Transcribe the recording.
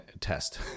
Test